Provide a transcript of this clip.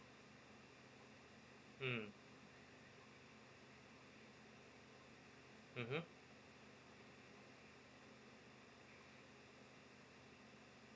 mm mmhmm